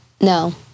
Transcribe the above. No